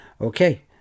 Okay